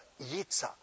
Yitzhak